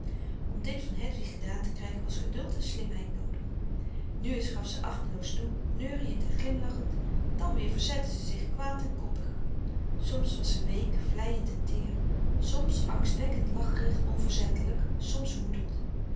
om dit van hedwig gedaan te krijgen was geduld en slimheid noodig nu eens gaf ze achteloos toe neuriënd en glimlachend dan weer verzette ze zich kwaad en koppig soms was ze week vleiend en teer soms angstwekkend lacherig onverzettelijk soms woedend